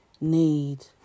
need